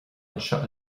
anseo